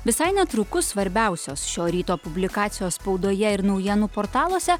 visai netrukus svarbiausios šio ryto publikacijos spaudoje ir naujienų portaluose